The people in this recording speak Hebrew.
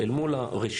אל מול הרשימות,